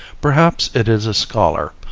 perhaps it is a scholar,